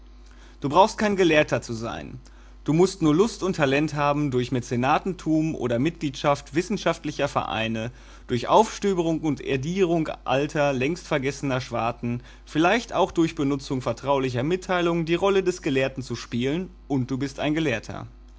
du brauchst kein gelehrter zu sein du mußt nur lust und talent haben durch mäzenatentum oder mitgliedschaft wissenschaftlicher vereine durch aufstöberung und edierung alter längstvergessener schwarten vielleicht auch durch benutzung vertraulicher mitteilungen die rolle des gelehrten zu spielen und du bist ein gelehrter